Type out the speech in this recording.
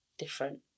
different